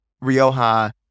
Rioja